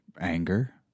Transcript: anger